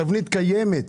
התבנית קיימת.